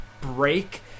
break